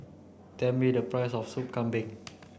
tell me the price of Soup Kambing